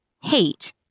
hate